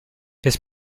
his